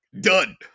Done